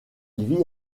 vit